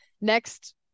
next